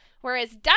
Whereas